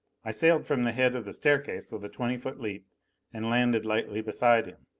i sailed from the head of the staircase with a twenty foot leap and landed lightly beside him.